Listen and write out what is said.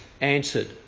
answered